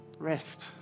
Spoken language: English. Rest